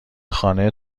خانه